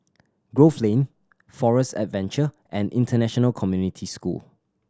Grove Lane Forest Adventure and International Community School